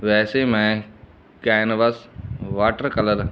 ਵੈਸੇ ਮੈਂ canvas water colour